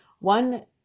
one